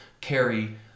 carry